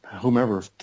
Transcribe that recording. whomever